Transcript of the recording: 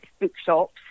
bookshops